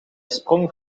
sprong